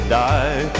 die